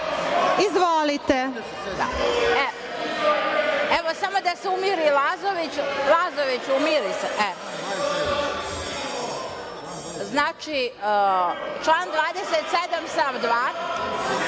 Jovanović** Evo, samo da se umiri Lazović. Lazoviću umiri se. Znači, član 27.